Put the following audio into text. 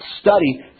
study